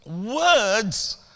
words